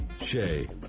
Shay